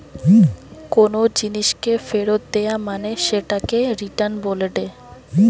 কোনো জিনিসকে ফেরত দেয়া মানে সেটাকে রিটার্ন বলেটে